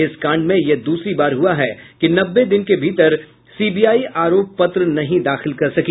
इस कांड में यह दूसरी बार हुआ है कि नब्बे दिन के भीतर सीबीआई आरोप पत्र नहीं दाखिल कर सकी